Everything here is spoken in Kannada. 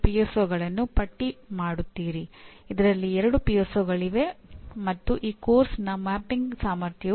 ಶ್ರೇಣಿ 1 ಸಂಸ್ಥೆ ಐಐಟಿಗಳು ಮತ್ತು ಮುಂತಾದ ವಿಶ್ವವಿದ್ಯಾಲಯಕ್ಕೆ ಸಂಯೋಜಿತವಾದ ಸ್ವಾಯತ್ತವಾದ ಸಂಸ್ಥೆಗಳು